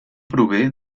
prové